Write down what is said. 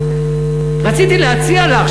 רציתי להציע לך,